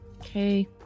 Okay